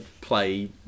play